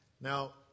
Now